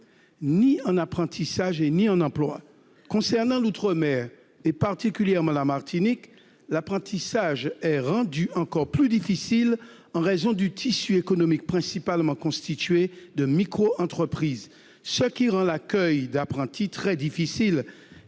ni en apprentissage et ni en emploi. Concernant l'outre-mer, et particulièrement la Martinique, l'apprentissage est rendu encore plus difficile en raison du tissu économique principalement constitué de microentreprises, ce qui rend l'accueil d'apprentis très difficile